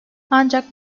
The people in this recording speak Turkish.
ancak